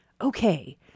okay